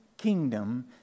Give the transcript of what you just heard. kingdom